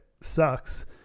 sucks